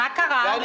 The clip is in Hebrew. מה קרה?